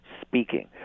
speaking